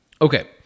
Okay